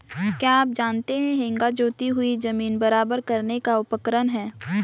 क्या आप जानते है हेंगा जोती हुई ज़मीन बराबर करने का उपकरण है?